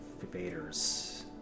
invaders